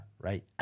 Right